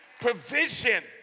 provision